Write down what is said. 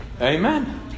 Amen